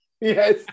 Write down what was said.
Yes